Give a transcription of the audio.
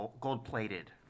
Gold-plated